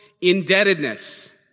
indebtedness